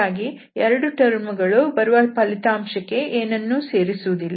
ಹಾಗಾಗಿ ಈ ಎರಡು ಟರ್ಮ್ಗಳು ಬರುವ ಫಲಿತಾಂಶಕ್ಕೆ ಏನನ್ನೂ ಸೇರಿಸುವುದಿಲ್ಲ